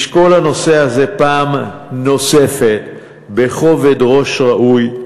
לשקול את הנושא הזה פעם נוספת בכובד ראש ראוי,